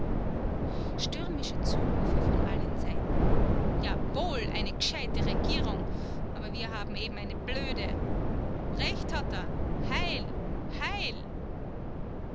stürmische zurufe von allen seiten jawohl eine gescheite regierung aber wir haben eben eine blöde recht hat er heil heil